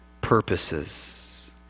purposes